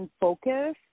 focus